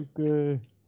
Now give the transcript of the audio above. Okay